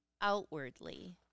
Outwardly